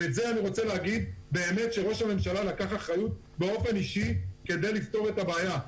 ואני רוצה להגיד שראש הממשלה לקח אחריות באופן אישי כדי לפתור את הבעיה.